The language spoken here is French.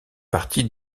partie